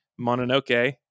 Mononoke